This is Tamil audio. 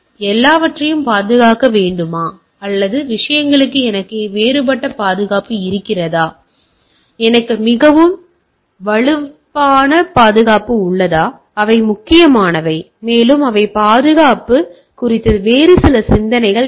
எனவே எல்லாவற்றையும் பாதுகாக்க வேண்டுமா அல்லது விஷயங்களுக்கு எனக்கு வேறுபட்ட பாதுகாப்பு இருக்கிறதா எனக்கு மிகவும் மிகவும் வலுவான பாதுகாப்பு உள்ளது அவை முக்கியமானவை மேலும் அவை பாதுகாப்பு குறித்த வேறு சில சிந்தனைகள்